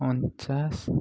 ଅଣଚାଶ